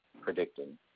predicting